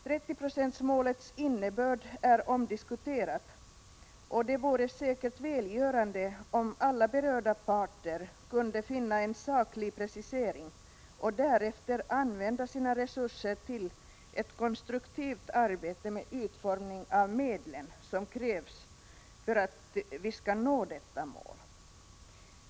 30-procentsmålets innebörd är omdiskuterad, och det vore säkert välgörande om alla berörda parter kunde finna en saklig precisering och därefter använda sina resurser till ett konstruktivt arbete med utformningen av de medel som krävs för att vi skall nå detta mål.